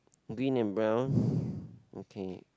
green and brown okay